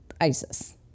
isis